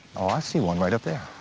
oh, i see one right up there.